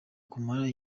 kumara